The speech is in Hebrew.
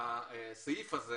הסעיף הזה